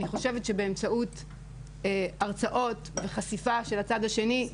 אני חושבת שבאמצעות הרצאות וחשיפה של הצד השני,